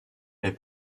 est